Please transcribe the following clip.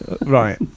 Right